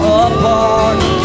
apart